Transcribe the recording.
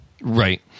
Right